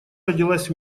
родилась